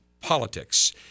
politics